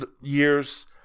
years